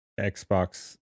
Xbox